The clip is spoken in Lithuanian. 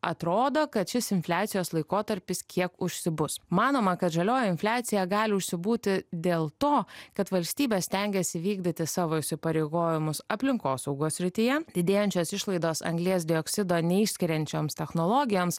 atrodo kad šis infliacijos laikotarpis kiek užsibus manoma kad žalioji infliacija gali užsibūti dėl to kad valstybė stengiasi įvykdyti savo įsipareigojimus aplinkosaugos srityje didėjančios išlaidos anglies dioksido neišskiriančioms technologijoms